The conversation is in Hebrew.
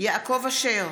יעקב אשר,